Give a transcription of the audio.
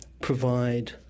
provide